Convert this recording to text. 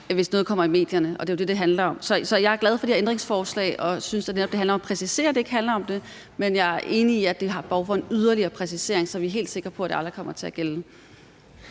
hvis noget kommer i medierne. Det er jo det, det handler om. Så jeg er glad for de her ændringsforslag og synes, at det netop handler om at præcisere, at det ikke handler om det. Men jeg er enig i, at der her er behov for en yderligere præcisering, så vi er helt sikre på, at det aldrig kommer til at gælde.